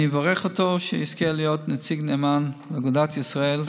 אני מברך אותו שיזכה להיות נציג נאמן של אגודת ישראל,